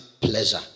pleasure